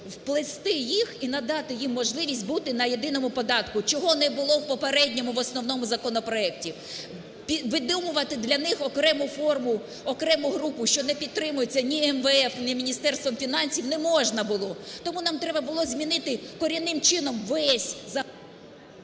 вплести їх і надати їм можливість бути на єдиному податку, чого не було в попередньому в основному законопроекті. Видумувати для них окрему форму, окрему групу, що не підтримується ні МВФ, ні Міністерством фінансів, не можна було. Тому нам треба було змінити корінним чином весь… ГОЛОВУЮЧИЙ.